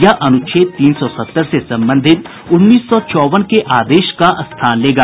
यह अनुच्छेद तीन सौ सत्तर से संबंधित उन्नीस सौ चौवन के आदेश का स्थान लेगा